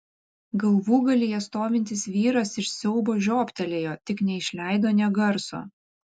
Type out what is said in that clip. galvūgalyje stovintis vyras iš siaubo žiobtelėjo tik neišleido nė garso